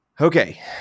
Okay